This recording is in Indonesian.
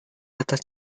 atas